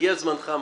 הגיע זמנך.